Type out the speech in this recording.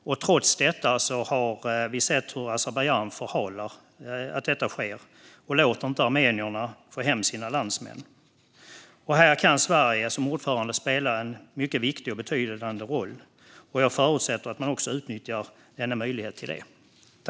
Vi har trots detta sett hur Azerbajdzjan förhalar att så sker och inte låter armenierna få hem sina landsmän. Här kan Sverige som ordförande spela en mycket betydande roll, och jag förutsätter att man utnyttjar denna möjlighet till det.